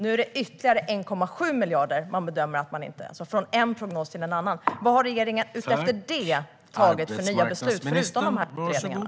Nu är det ytterligare 1,7 miljarder man bedömer att man inte ska använda. Det sker från en prognos till en annan. Vilka nya beslut har regeringen fattat, förutom att tillsätta utredningarna?